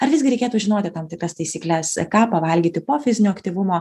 ar visgi reikėtų žinoti tam tikras taisykles ką pavalgyti po fizinio aktyvumo